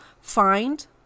find